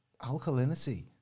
alkalinity